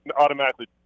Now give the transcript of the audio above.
automatically